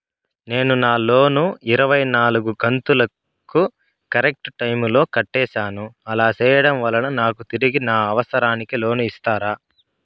నేను నా లోను ఇరవై నాలుగు కంతులు కరెక్టు టైము లో కట్టేసాను, అలా సేయడం వలన నాకు తిరిగి నా అవసరానికి లోను ఇస్తారా?